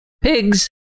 Pigs